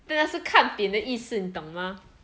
这样是看扁的意思你懂吗